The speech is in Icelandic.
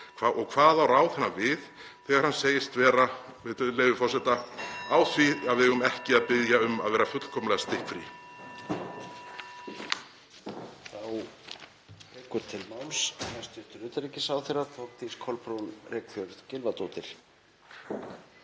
Og hvað á ráðherrann við þegar hann segist vera, með leyfi forseta, „á því að við eigum ekki að biðja um að vera fullkomlega stikkfrí“?